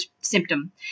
symptom